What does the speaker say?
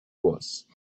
was